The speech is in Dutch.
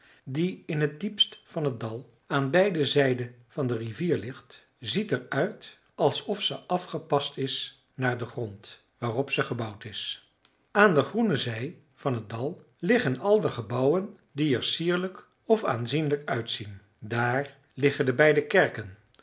die in het diepst van het dal aan beide zijden van de rivier ligt ziet er uit alsof ze afgepast is naar den grond waarop ze gebouwd is aan de groene zij van het dal liggen al de gebouwen die er sierlijk of aanzienlijk uitzien daar liggen de beide kerken